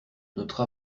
notre